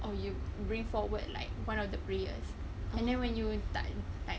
or you bring forward like one of the prayers and then when you tak tak